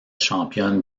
championne